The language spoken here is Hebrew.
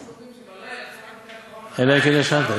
יש אומרים שבלילה, אלא אם כן ישנת.